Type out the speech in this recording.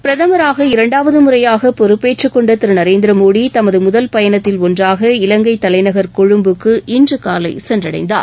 பிரமராக இரண்டாவது முறையாக பொறுப்பேற்றுக் கொண்ட திரு நரேந்திர மோடி தமது முதல் பயணத்தில் ஒன்றாக இலங்கை தலைநகா் கொழும்புக்கு இன்று காலை சென்றடைந்தார்